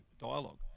dialogue